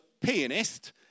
pianist